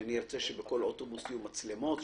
שאני רוצה שבכל אוטובוס יהיו מצלמות?